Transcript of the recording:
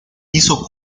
hizo